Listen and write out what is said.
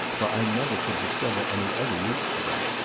for i never could discover any other use for them.